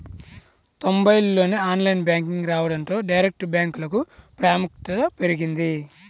తొంబైల్లోనే online banking రావడంతో direct బ్యాంకులకు ప్రాముఖ్యత పెరిగింది